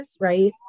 right